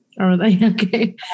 Okay